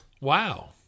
Wow